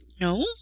No